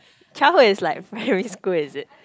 childhood is like primary school is it